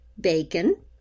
Bacon